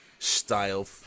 Style